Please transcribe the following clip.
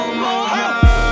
more